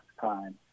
time